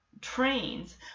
trains